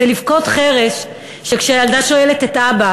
זה לבכות חרש כשהילדה שואלת את אבא,